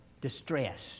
distressed